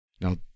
Now